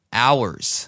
hours